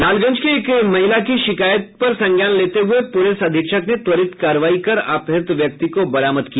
लालगंज के एक महिला के शिकायत पर संज्ञान लेते हुये पुलिस अधीक्षक ने त्वरित कार्रवाई कर अपहृत व्यक्ति को बरामद किया